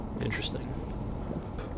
Interesting